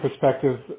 perspective